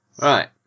right